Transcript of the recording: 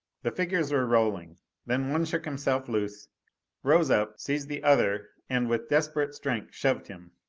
the figures were rolling then one shook himself loose rose up, seized the other and, with desperate strength, shoved him